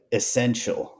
essential